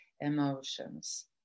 emotions